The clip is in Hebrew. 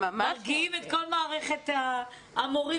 אנחנו מרגיעים את כל מערכת המורים